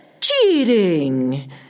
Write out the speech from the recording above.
cheating